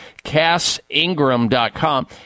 CassIngram.com